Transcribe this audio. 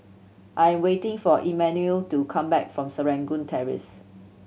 I'm waiting for Emanuel to come back from Serangoon Terrace